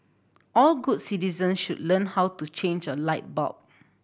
all good citizens should learn how to change a light bulb